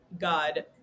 God